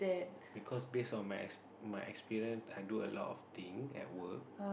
because based on my my experience i do a lot of thing at work